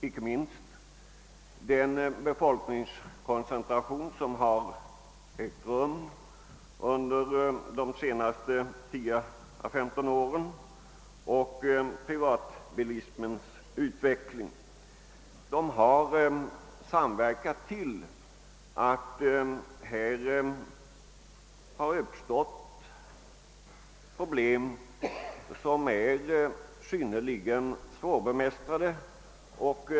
dels den befolkningskoncentration som har ägt rum under de senaste 10—15 åren och dels privatbilismens utveckling. Dessa faktorer har samverkat till att detta mycket besvärliga problem uppstått.